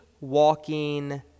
walking